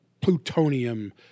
Plutonium